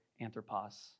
anthropos